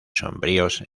sombríos